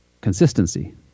consistency